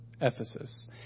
Ephesus